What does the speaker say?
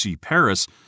Paris